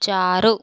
चार